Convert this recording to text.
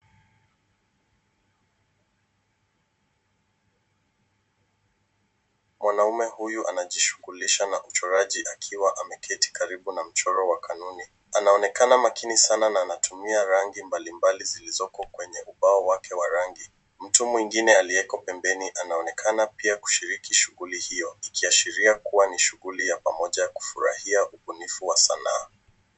Mwanaume huyu anjishugulisha na uchoraji akiwa ameketi karibu na mchoro wa kanuni. Anaonekana makini sana na anatumia rangi mbalimbali zilizoko kwenye ubao wake wa rangi. Mtu mwingine aliyeko pembeni anaonekana pia kushiriki shuguli hiyo ikisahiria kuwa ni shuguli ya pamoja ya kurahia ubunifu wa sanaa.